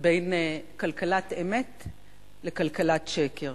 בין כלכלת אמת לכלכלת שקר.